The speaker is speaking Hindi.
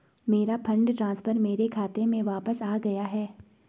मेरा फंड ट्रांसफर मेरे खाते में वापस आ गया है